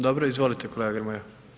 Dobro, izvolite kolega Grmoja.